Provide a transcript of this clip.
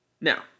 Now